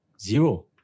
zero